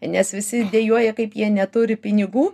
nes visi dejuoja kaip jie neturi pinigų